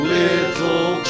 little